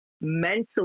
mentally